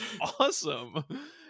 awesome